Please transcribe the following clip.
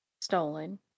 stolen